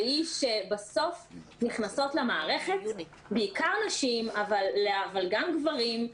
והיא שבסוף נכנסות למערכת בעיקר נשים אבל גם גברים,